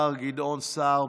השר גדעון סער,